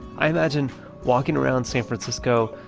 i imagine walking around san francisco,